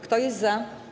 Kto jest za?